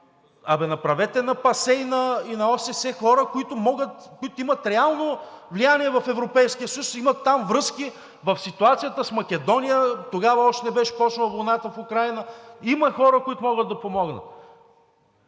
„Абе, направете на ПАСЕ и на ОССЕ хора, които имат реално влияние в Европейския съюз, имат там връзки.“ В ситуацията с Македония – тогава още не беше започнала войната в Украйна, има хора, които могат да помогнат.